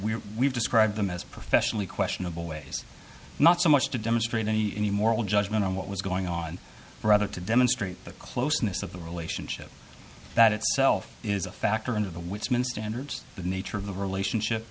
we're we've described them as professionally questionable ways not so much to demonstrate any any moral judgment on what was going on rather to demonstrate the closeness of the relationship that itself is a factor and of the which meant standards the nature of the relationship